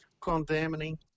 condemning